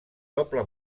doble